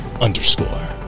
underscore